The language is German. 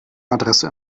adresse